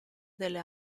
delle